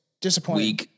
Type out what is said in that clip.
Disappointing